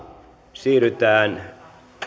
siirrytään